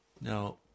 Now